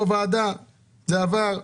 בוועדת הכספים,